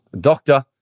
Doctor